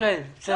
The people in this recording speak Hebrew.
זה